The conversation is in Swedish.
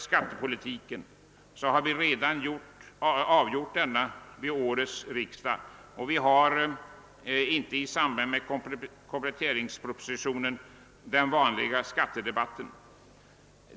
Skattepolitiken har vi ju redan tagit ställning till under vårsessionen, och vi har därför inte i samband med kompletteringspropositionen den sedvanliga skattedebatten.